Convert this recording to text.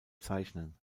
zeichnen